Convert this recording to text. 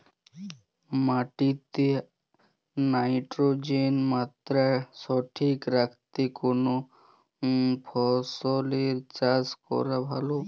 মাটিতে নাইট্রোজেনের মাত্রা সঠিক রাখতে কোন ফসলের চাষ করা ভালো?